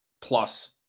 plus